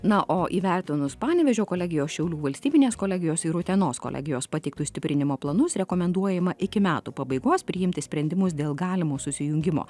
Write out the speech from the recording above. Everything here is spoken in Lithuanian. na o įvertinus panevėžio kolegijos šiaulių valstybinės kolegijos ir utenos kolegijos pateiktus stiprinimo planus rekomenduojama iki metų pabaigos priimti sprendimus dėl galimo susijungimo